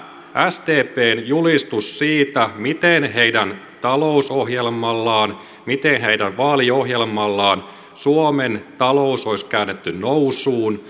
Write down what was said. sdpn julistus siitä miten heidän talousohjelmallaan miten heidän vaaliohjelmallaan suomen talous olisi käännetty nousuun